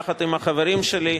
יחד עם החברים שלי,